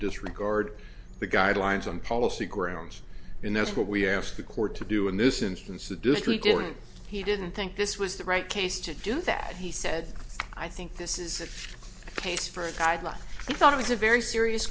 disregard the guidelines on policy grounds and that's what we asked the court to do in this instance a discreet doing he didn't think this was the right case to do that he said i think this is a case for a guideline i thought it was a very serious